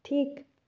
ঠিক